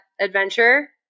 adventure